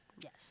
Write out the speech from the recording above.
yes